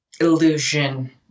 illusion